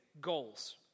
goals